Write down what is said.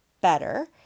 better